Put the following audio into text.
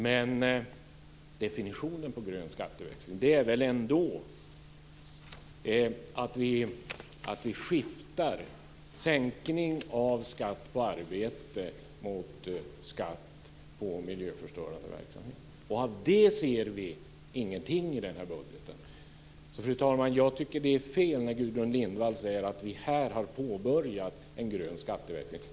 Men definitionen på grön skatteväxling är väl ändå att man skiftar sänkning av skatt på arbete mot skatt på miljöförstörande verksamhet. Av det ser vi ingenting i budgeten. Fru talman! Det är fel när Gudrun Lindvall säger att vi här har påbörjat en grön skatteväxling.